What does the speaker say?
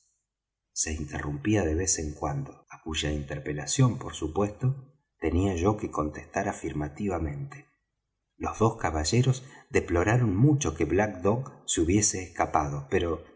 se interrumpía de vez en cuando á cuya interpelación por supuesto tenía yo que contestar afirmativamente los dos caballeros deploraron mucho que black dog se hubiese escapado pero